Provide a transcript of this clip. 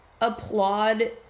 applaud